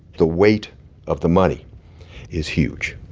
the weight of the money is huge.